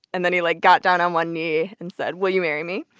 and then he, like, got down on one knee and said, will you marry me?